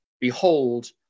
Behold